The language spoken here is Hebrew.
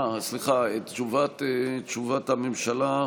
סליחה, תשובת הממשלה.